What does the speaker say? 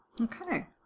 Okay